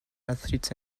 athlete